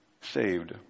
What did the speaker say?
saved